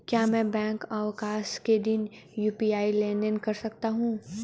क्या मैं बैंक अवकाश के दिन यू.पी.आई लेनदेन कर सकता हूँ?